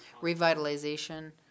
revitalization